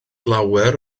lawer